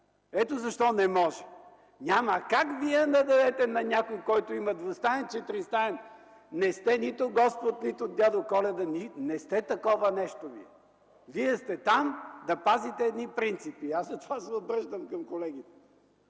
Ето защо не може! Няма как вие да дадете на някой, който има двустаен – четиристаен. Не сте нито Господ, нито Дядо Коледа! Не сте такова нещо вие. Вие сте там, за да пазите едни принципи и аз затова се обръщам към колегите.